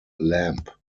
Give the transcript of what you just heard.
lamb